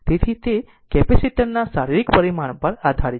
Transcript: તેથી તે કેપેસિટર ના શારીરિક પરિમાણ પર આધારિત છે